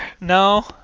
No